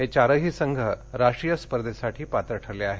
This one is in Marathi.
हे चारही संघ राष्ट्रीय स्पर्धेसाठी पात्र ठरले आहेत